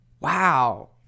Wow